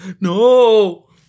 No